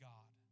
God